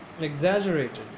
exaggerated